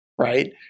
right